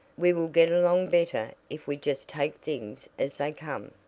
we will get along better if we just take things as they come.